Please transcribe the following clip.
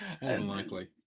Unlikely